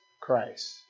Christ